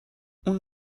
اون